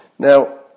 Now